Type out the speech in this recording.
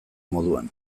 moduan